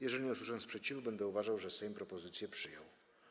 Jeżeli nie usłyszę sprzeciwu, będę uważał, że Sejm propozycje przyjął.